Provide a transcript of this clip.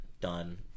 done